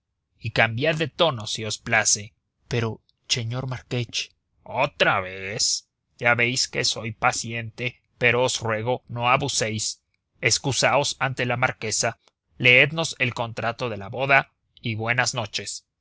y cambiad de tono si os place pero cheñor marquech otra vez ya veis que soy paciente pero os ruego no abuséis excusaos ante la marquesa leednos el contrato de boda y buenas noches